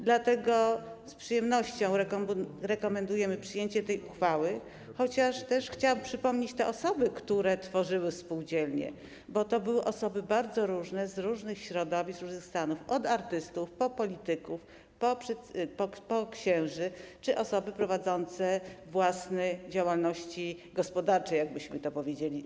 Dlatego z przyjemnością rekomendujemy przyjęcie tej uchwały, chociaż chciałam też przypomnieć te osoby, które tworzyły spółdzielnie, bo to były osoby bardzo różne, z różnych środowisk, z różnych stanów, od artystów po polityków, po księży czy osoby prowadzące własne działalności gospodarcze, jak byśmy to powiedzieli.